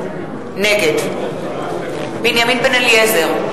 נגד בנימין בן-אליעזר,